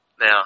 now